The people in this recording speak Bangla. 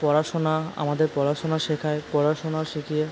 পড়াশোনা আমাদের পড়াশোনা শেখায় পড়াশোনা শিখিয়ে